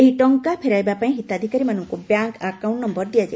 ଏହି ଟଙ୍କା ଫେରାଇବାପାଇଁ ହିତାଧିକାରୀମାନଙ୍କୁ ବ୍ୟାଙ୍କ୍ ଆକାଉଙ୍କ୍ ନମ୍ଗର ଦିଆଯାଇଛି